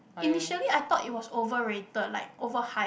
initially I thought it was overrated like over hyped